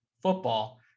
football